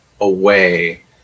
away